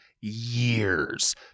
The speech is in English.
years